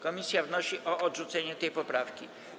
Komisja wnosi o odrzucenie tej poprawki.